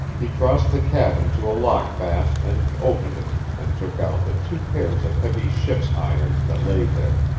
he crossed the cabin to a lockfast, and opened it, and took out the two pairs of heavy ship's irons that lay there.